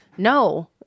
No